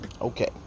Okay